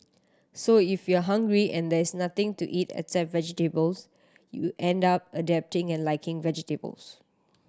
so if you are hungry and there is nothing to eat except vegetables you end up adapting and liking vegetables